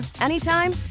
anytime